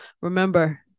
Remember